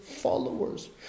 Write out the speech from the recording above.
Followers